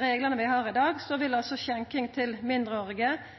reglane vi har i dag, vil skjenking